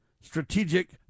strategic